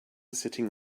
sitting